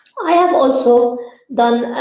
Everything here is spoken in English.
i have also done